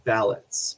Ballots